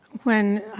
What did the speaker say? when.